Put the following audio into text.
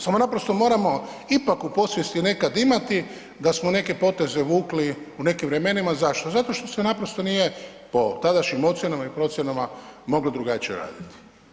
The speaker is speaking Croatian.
Samo naprosto moramo ipak u podsvijesti nekad imati da smo neke poteze vukli u nekim vremenima, zašto, zato što se naprosto nije po tadašnjim ocjenama i procjenama moglo drugačije raditi.